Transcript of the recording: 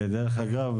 ודרך אגב,